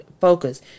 focus